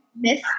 Miss